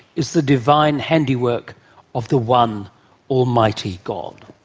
is the divine handiwork of the one almighty god.